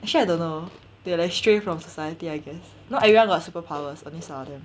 actually I don't know they like stray from society I guess not everyone got superpowers only some of them